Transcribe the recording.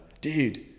dude